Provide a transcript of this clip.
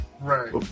Right